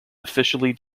officially